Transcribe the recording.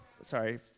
Sorry